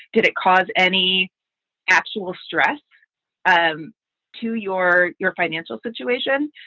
did it cause any actual stress um to your your financial situation?